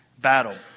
battle